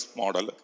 model